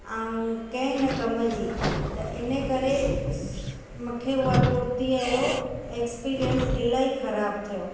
ऐं कंहिं न कम जी त इन जे करे मूंखे उहा कुर्तीअ जो ऐक्स्पीरियंस इलाही ख़राबु थियो